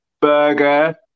Burger